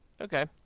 Okay